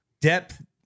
Depth